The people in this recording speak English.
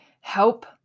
help